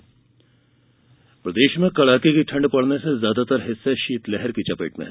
मौसम ठंड प्रदेश में कड़ाके की ठंड पड़ने से ज्यादातर हिस्से शीतलहर की चपेट में है